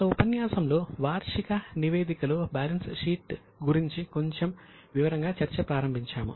గత ఉపన్యాసంలో వార్షిక నివేదికలో బ్యాలెన్స్ షీట్ గురించి కొంచెం వివరంగా చర్చ ప్రారంభించాము